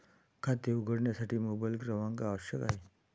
खाते उघडण्यासाठी मोबाइल क्रमांक आवश्यक आहे